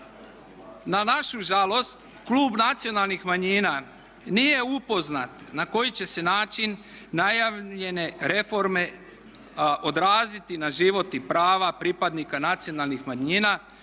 Na našu žalost klub nacionalnih manjina nije upoznat na koji će se način najavljene reforme odraziti na život i prava pripadnika nacionalnih manjina,